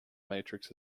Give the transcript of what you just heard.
matrix